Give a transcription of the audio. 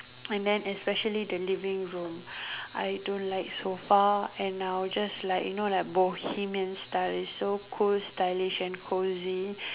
and then especially the living room I don't like sofa and I will just like you know like Bohemian style it's so cool stylish and cosy